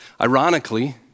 Ironically